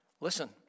Listen